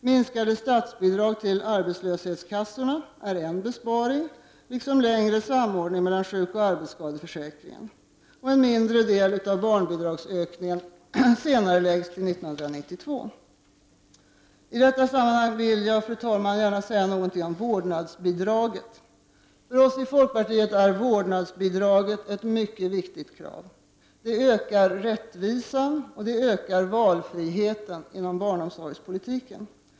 Minskade statsbidrag till arbetslöshetskassorna är en besparing, liksom längre samordning mellan sjukoch I detta sammanhang vill jag, fru talman, gärna säga något om vårdnadsbidraget. För oss i folkpartiet är kravet på vårdnadsbidrag ett mycket viktigt krav. Det ökar rättvisan och valfriheten inom barnomsorgspolitiken.